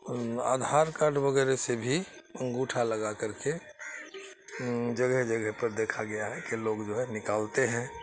Aadhaar card وغیرہ سے بھی انگوٹھا لگا کر کے جگہ جگہ پر دیکھا گیا ہے کہ لوگ جو ہے نکالتے ہیں